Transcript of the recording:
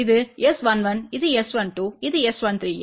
இது S11 இது S12 இது S13